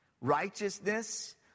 Righteousness